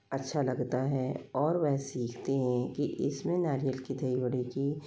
अच्छा लगता है और वह सीखते हैं कि इसमें नारियल के दही वड़े की